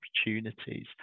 opportunities